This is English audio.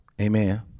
Amen